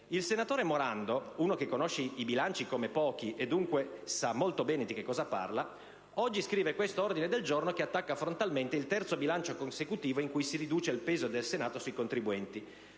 Il senatore Morando, uno che conosce i bilanci come pochi e dunque sa molto bene di cosa parla, oggi scrive questo ordine del giorno che attacca frontalmente il terzo bilancio consecutivo in cui si riduce il peso del Senato sui contribuenti.